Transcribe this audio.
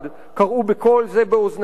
קראו בקול זה באוזני זה,